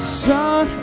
sun